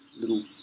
little